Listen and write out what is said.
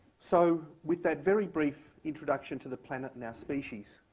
so with that very brief introduction to the planet and our species,